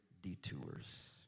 detours